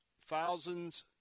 thousands